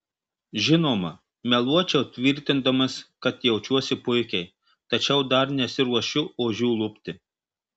žinoma meluočiau tvirtindamas kad jaučiuosi puikiai tačiau dar nesiruošiu ožių lupti